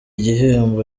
gihembo